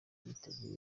yiteguye